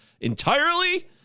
entirely